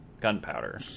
gunpowder